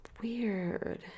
Weird